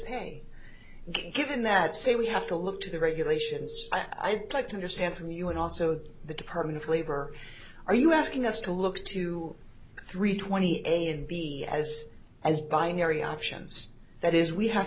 pay given that say we have to look to the regulations i'd like to understand from you and also the department of labor are you asking us to look to three twenty a and b as as binary options that is we have